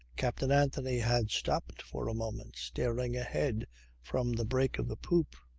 captain anthony had stopped for a moment staring ahead from the break of the poop,